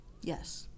Yes